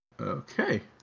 Okay